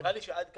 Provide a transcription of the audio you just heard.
נראה לי שעד כאן,